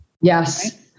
Yes